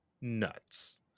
nuts